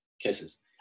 Kisses